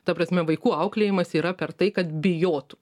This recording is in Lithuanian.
ta prasme vaikų auklėjimas yra per tai kad bijotų